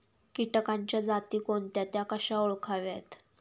किटकांच्या जाती कोणत्या? त्या कशा ओळखाव्यात?